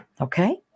Okay